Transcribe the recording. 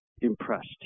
impressed